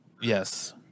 Yes